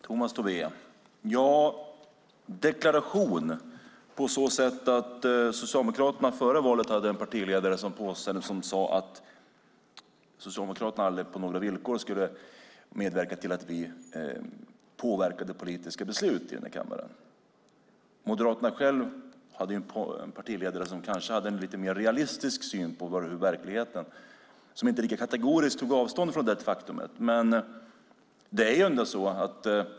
Herr talman! Tomas Tobé säger att vi har avgivit en deklaration. Före valet hade Socialdemokraterna en partiledare som sade att Socialdemokraterna inte på några villkor skulle medverka till att vi påverkade politiska beslut i denna kammare. Moderaterna hade en partiledare som kanske hade en mer realistisk syn på verkligheten och inte tog avstånd lika kategoriskt.